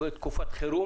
אבל בתקופת חירום